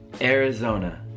Arizona